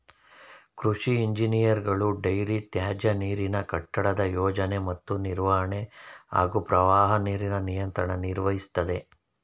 ಕೃಷಿ ಇಂಜಿನಿಯರ್ಗಳು ಡೈರಿ ತ್ಯಾಜ್ಯನೀರಿನ ಕಟ್ಟಡದ ಯೋಜನೆ ಮತ್ತು ನಿರ್ವಹಣೆ ಹಾಗೂ ಪ್ರವಾಹ ನೀರಿನ ನಿಯಂತ್ರಣ ನಿರ್ವಹಿಸ್ತದೆ